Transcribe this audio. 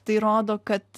tai rodo kad